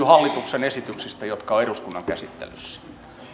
hallituksen esityksistä jotka ovat eduskunnan käsittelyssä